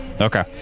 Okay